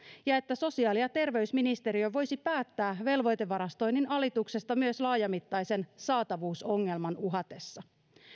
ja että sosiaali ja terveysministeriö voisi päättää velvoitevarastoinnin alituksesta myös laajamittaisen saatavuusongelman uhatessa